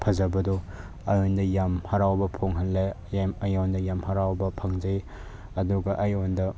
ꯐꯖꯕꯗꯣ ꯑꯩꯉꯣꯟꯗ ꯌꯥꯝ ꯍꯔꯥꯎꯕ ꯐꯥꯎꯍꯜꯂꯦ ꯑꯩꯉꯣꯟꯗ ꯌꯥꯝ ꯍꯔꯥꯎꯕ ꯐꯪꯖꯩ ꯑꯗꯨꯒ ꯑꯩꯉꯣꯟꯗ